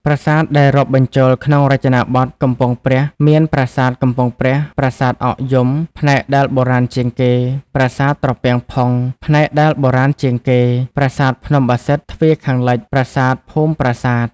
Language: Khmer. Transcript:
ប្រាសាទដែលរាប់បញ្ចូលក្នុងរចនាបថកំពង់ព្រះមាន៖ប្រាសាទកំពង់ព្រះ ប្រាសាទអកយំ ផ្នែកដែលបុរាណជាងគេ ប្រាសាទត្រពាំងផុង ផ្នែកដែលបុរាណជាងគេ ប្រាសាទភ្នំបាសិទ្ធ ទ្វារខាងលិច ប្រាសាទភូមិប្រាសាទ។